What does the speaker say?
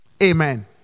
Amen